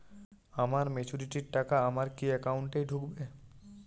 আমার ম্যাচুরিটির টাকা আমার কি অ্যাকাউন্ট এই ঢুকবে?